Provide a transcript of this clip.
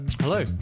Hello